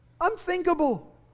Unthinkable